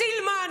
סילמן,